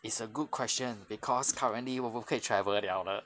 it's a good question because currently 我不可以 travel liao 了